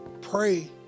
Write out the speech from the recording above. pray